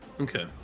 okay